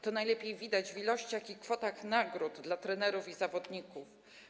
To najlepiej widać w ilościach i kwotach nagród dla trenerów i zawodników.